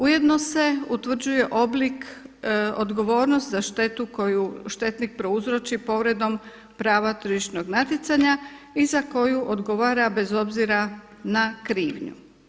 Ujedno se utvrđuje oblik odgovornost za štetu koju štetnik prouzroči povredom prava tržišnog natjecanja i za koju odgovara bez obzira na krivnju.